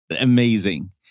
Amazing